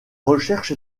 recherche